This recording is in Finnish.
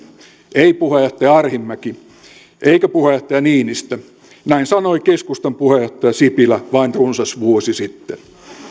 ei puheenjohtaja arhinmäki eikä puheenjohtaja niinistö näin sanoi keskustan puheenjohtaja sipilä vain runsas vuosi sitten